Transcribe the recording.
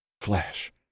Flash